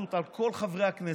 אפוטרופסות על כל חברי הכנסת.